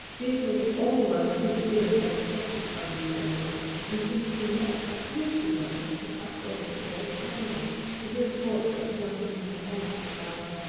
these were the only ones peter really had expected to find in the old orchard, and so you can guess how pleased he was as he hopped over the old stone wall to hear the voice of one whom he had almost forgotten.